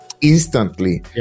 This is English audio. instantly